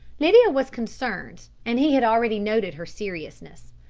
lydia was concerned, and he had already noted her seriousness.